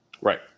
Right